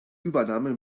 übernahme